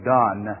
done